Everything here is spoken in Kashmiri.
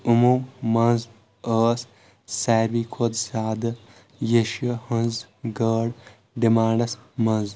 یمو منٛز ٲس ساروٕے کُھۄتہٕ زیادٕ یشہِ ہٕنٛز گٲڈ ڈِمانڈس منٛز